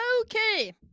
Okay